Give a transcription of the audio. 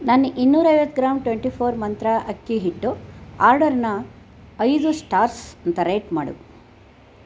ನನ್ನ ಇನ್ನೂರೈವತ್ತು gram twenty four Mantra ಅಕ್ಕಿ ಹಿಟ್ಟು ಆರ್ಡರನ್ನ ಐದು ಸ್ಟಾರ್ಸ್ ಅಂತ ರೇಟ್ ಮಾಡು